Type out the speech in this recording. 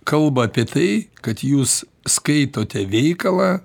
kalba apie tai kad jūs skaitote veikalą